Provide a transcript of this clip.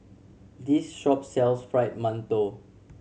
this shop sells Fried Mantou